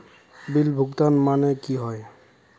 Bill भुगतान माने की होय?